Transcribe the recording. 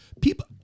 people